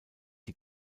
die